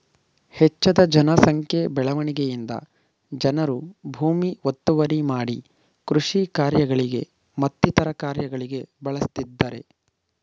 ಹೆಚ್ಜದ ಜನ ಸಂಖ್ಯೆ ಬೆಳವಣಿಗೆಯಿಂದ ಜನರು ಭೂಮಿ ಒತ್ತುವರಿ ಮಾಡಿ ಕೃಷಿ ಕಾರ್ಯಗಳಿಗೆ ಮತ್ತಿತರ ಕಾರ್ಯಗಳಿಗೆ ಬಳಸ್ತಿದ್ದರೆ